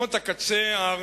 הקודם של ישראל,